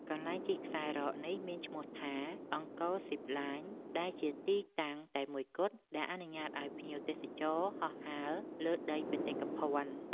កន្លែងជិះខ្សែរ៉កនេះមានឈ្មោះថា អង្គរ ស៊ីបឡាញ ដែលជាទីតាំងតែមួយគត់ដែលអនុញ្ញាតឱ្យភ្ញៀវទេសចរហោះហើរលើដីបេតិកភណ្ឌ។